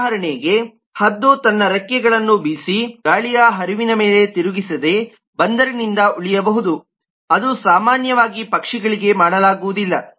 ಉದಾಹರಣೆಗೆ ಹದ್ದು ತನ್ನ ರೆಕ್ಕೆಗಳನ್ನು ಬಿಸಿ ಗಾಳಿಯ ಹರಿವಿನ ಮೇಲೆ ತಿರುಗಿಸದೆ ಬಂದರಿನಿಂದ ಉಳಿಯಬಹುದು ಅದು ಸಾಮಾನ್ಯವಾಗಿ ಪಕ್ಷಿಗಳಿಗೆ ಮಾಡಲಾಗುವುದಿಲ್ಲ